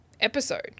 episode